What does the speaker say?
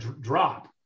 drop